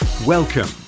Welcome